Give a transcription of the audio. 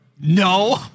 No